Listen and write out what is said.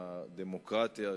בדמוקרטיה,